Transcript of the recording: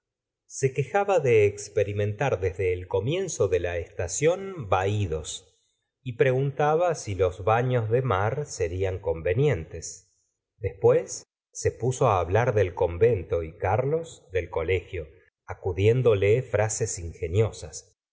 se quejaba de experimentar desde el comienzo de la estación vahídos y preguntaba si los bafios de mar serian convenientes después se puso hablar del convento y carlos del colegio acudiéndole frases ingeniosas